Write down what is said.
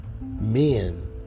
men